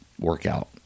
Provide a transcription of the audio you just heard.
workout